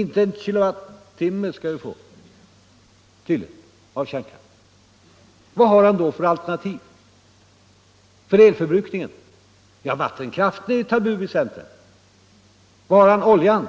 Inte en kilowattimme till skall vi få av kärnkraft. .Vad har herr Fälldin då för alternativ till elförbrukningen? Ja, vattenkraften är ju tabu i centern. Var har herr Fälldin oljan?